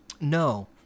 No